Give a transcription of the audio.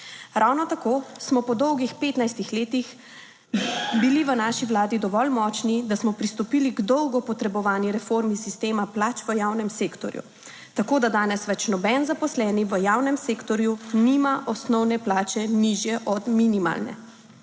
Ravno tako smo po dolgih 15 letih bili v naši Vladi dovolj močni, da smo pristopili k dolgo potrebovani reformi sistema plač v javnem sektorju, tako da danes več noben zaposleni v javnem sektorju nima osnovne plače nižje od minimalne.